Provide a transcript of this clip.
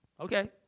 Okay